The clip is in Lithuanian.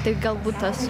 taip galbūt tas